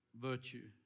virtue